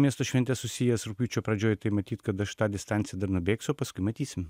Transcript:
miesto švente susijęs rugpjūčio pradžioj tai matyt kad aš tą distanciją dar nubėgsiu o paskui matysim